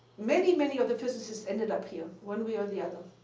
many, many of the physicists ended up here one way or the other,